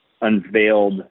unveiled